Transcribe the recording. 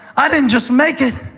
i didn't just make it